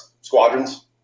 squadrons